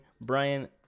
Brian